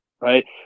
right